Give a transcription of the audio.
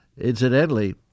Incidentally